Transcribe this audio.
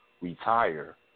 retire